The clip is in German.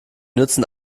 nützen